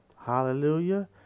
Hallelujah